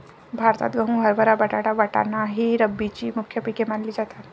भारतात गहू, हरभरा, बटाटा, वाटाणा ही रब्बीची मुख्य पिके मानली जातात